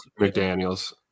McDaniels